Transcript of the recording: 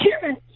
karen